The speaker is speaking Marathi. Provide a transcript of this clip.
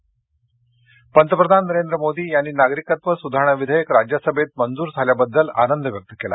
नरेंद्र मोदी प्रतिक्रिया पंतप्रधान नरेंद्र मोदी यांनी नागरिकत्व सुधारणा विघेयक राज्यसभेत मंजूर झाल्याबद्दल आनंद व्यक्त केला